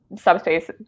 subspace